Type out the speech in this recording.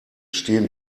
stehen